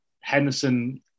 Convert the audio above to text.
Henderson